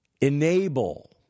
enable